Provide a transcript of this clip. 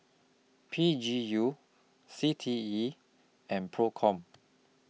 P G U C T E and PROCOM